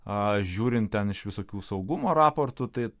aš žiūrint ten iš visokių saugumo raportų tai